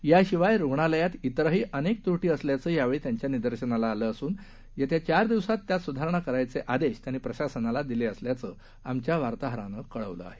याशिवाय रुग्णालयात इतरही अनेक त्रुपी असल्याचं यावेळी त्यांच्या निदर्शनाला आलं असून चार दिवसांत त्यात सुधारणा करण्याचे आदेश त्यांनी प्रशासनाला दिले असल्याचं आमच्या वार्ताहरानं कळवलं आहे